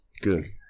Good